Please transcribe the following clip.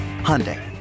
Hyundai